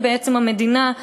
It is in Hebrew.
ובעצם על-ידי המדינה,